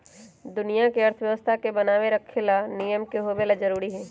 दुनिया के अर्थव्यवस्था के बनाये रखे ला नियम के होवे ला जरूरी हई